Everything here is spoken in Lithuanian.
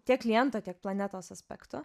tiek kliento tiek planetos aspektu